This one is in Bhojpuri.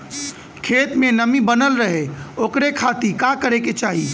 खेत में नमी बनल रहे ओकरे खाती का करे के चाही?